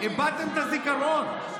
איבדתם את הזיכרון.